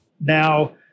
Now